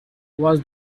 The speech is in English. was